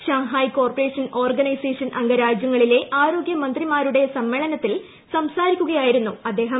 Shanghai corporation organisation അംഗ രാജ്യങ്ങളിലെ ആരോഗ്യ മന്ത്രിമാരുടെ സമ്മേളനത്തിൽ സംസാരിക്കുകയായിരുന്നു അദ്ദേഹം